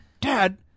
dad